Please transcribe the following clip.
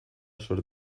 zor